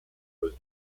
was